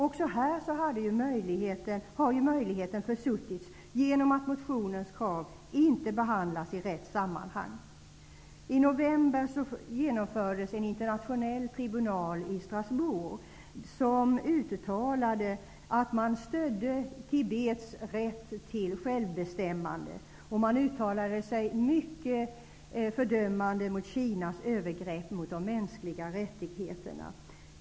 Också här har möjligheten försuttits, genom att motionskraven inte behandlats i rätt sammanhang. I november genomfördes en internationell tribunal i Strasbourg som uttalade att man stödde Tibets rätt till självbestämmande, och man uttalade sig mycket fördömande mot Kinas övergrepp mot de mänskliga rättigheterna.